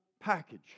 package